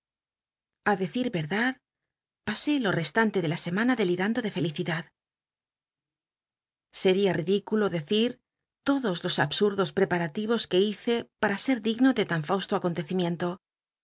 a decir wrdad pasé lo restante de la semana delirando de felicidad seria ridiculo decir todos los absmdos prcparalivos que hice pam ser digno de tan fausto acontecimiento